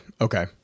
okay